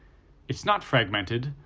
it's not fragmented,